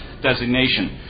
designation